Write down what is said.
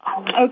Okay